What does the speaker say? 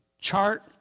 chart